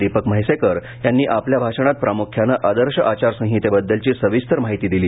दीपक म्हैसेकर यांनी आपल्या भाषणात प्रामुख्यानं आदर्श आचार संहितेबद्दलची सविस्तर माहिती दिली